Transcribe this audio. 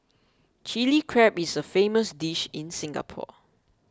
Chilli Crab is a famous dish in Singapore